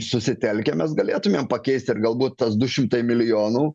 susitelkę mes galėtumėm pakeisti ir galbūt tas du šimtai milijonų